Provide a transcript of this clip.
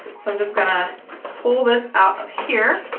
so i'm just gonna pull this out of here.